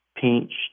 pinched